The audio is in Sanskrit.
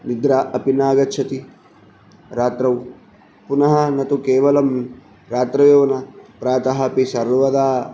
निद्रा अपि नागच्छति रात्रौ पुनः न तु केवलं रात्रौ एव न प्रातः अपि सर्वदा